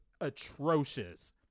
atrocious